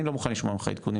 אני לא מוכן לשמוע ממך עדכונים,